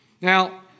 Now